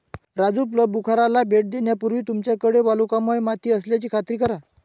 राजू प्लंबूखाराला भेट देण्यापूर्वी तुमच्याकडे वालुकामय माती असल्याची खात्री करा